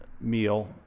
meal